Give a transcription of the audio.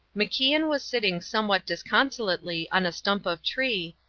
macian was sitting somewhat disconsolately on a stump of tree,